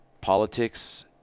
politics